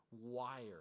wired